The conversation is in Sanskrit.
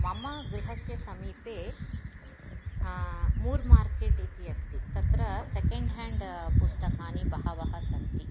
मम गृहस्य समीपे मूर्मार्केट् इति अस्ति तत्र सेकेण्ड् हाण्ड् पुस्तकानि बहवः सन्ति